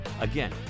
Again